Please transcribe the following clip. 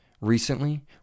Recently